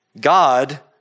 God